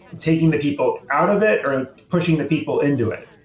taking the people out of it, or pushing the people into it.